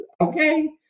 Okay